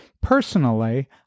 Personally